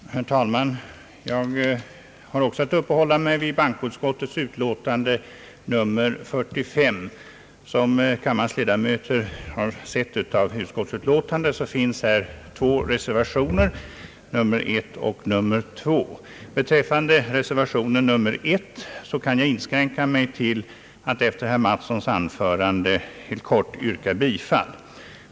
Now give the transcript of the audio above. Herr talman! Jag kommer också att uppehålla mig vid bankoutskottets utlåtande nr 45. Som kammarens ledamöter har sett av utskottsutlåtandet finns här två reservationer, nr 1 och nr 2. Beträffande reservation 1 kan jag inskränka mig till att efter herr Mattssons anförande helt kort yrka bifall till densamma.